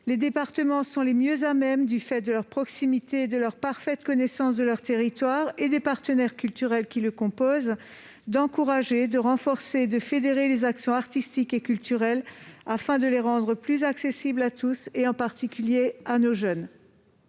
Les départements sont le mieux à même, du fait de leur proximité, de leur parfaite connaissance de leur territoire et des partenaires culturels qui le composent, d'encourager et de renforcer, de fédérer les actions artistiques et culturelles, afin de les rendre encore plus accessibles, en particulier à nos jeunes.